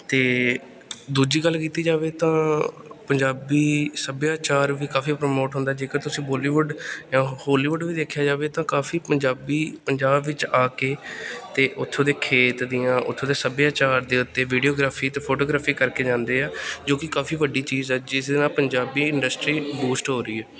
ਅਤੇ ਦੂਜੀ ਗੱਲ ਕੀਤੀ ਜਾਵੇ ਤਾਂ ਪੰਜਾਬੀ ਸੱਭਿਆਚਾਰ ਵੀ ਕਾਫ਼ੀ ਪ੍ਰਮੋਟ ਹੁੰਦਾ ਜੇਕਰ ਤੁਸੀਂ ਬੋਲੀਵੁੱਡ ਜਾਂ ਹੋਲੀਵੁੱਡ ਵੀ ਦੇਖਿਆ ਜਾਵੇ ਤਾਂ ਕਾਫ਼ੀ ਪੰਜਾਬੀ ਪੰਜਾਬ ਵਿੱਚ ਆ ਕੇ ਅਤੇ ਓਥੋਂ ਦੇ ਖੇਤ ਦੀਆਂ ਓਥੋਂ ਦੇ ਸੱਭਿਆਚਾਰ ਦੇ ਉੱਤੇ ਵੀਡੀਓਗ੍ਰਾਫੀ ਅਤੇ ਫੋਟੋਗ੍ਰਾਫੀ ਕਰਕੇ ਜਾਂਦੇ ਹੈ ਜੋ ਕਿ ਕਾਫ਼ੀ ਵੱਡੀ ਚੀਜ਼ ਹੈ ਜਿਸ ਦੇ ਨਾਲ ਪੰਜਾਬੀ ਇੰਡਸਟਰੀ ਬੂਸਟ ਹੋ ਰਹੀ ਹੈ